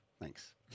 Thanks